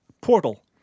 Portal